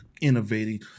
innovating